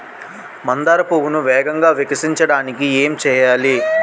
మందార పువ్వును వేగంగా వికసించడానికి ఏం చేయాలి?